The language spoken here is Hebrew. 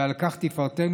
ועל כך תפארתנו.